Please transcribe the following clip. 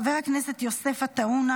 חבר הכנסת יוסף עטאונה,